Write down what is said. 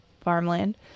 farmland